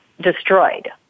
destroyed